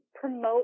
promote